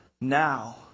now